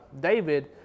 David